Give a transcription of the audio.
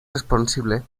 responsible